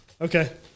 Okay